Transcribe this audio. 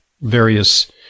various